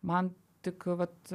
man tik vat